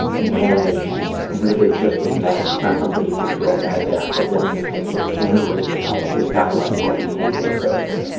managed really just with meds, it's not something you throw meds at, but one of the things that can greatly help is dialectical behavior therapy.